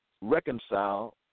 reconcile